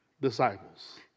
disciples